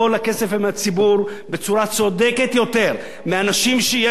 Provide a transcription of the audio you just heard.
מהציבור בצורה צודקת יותר מאנשים שיש להם,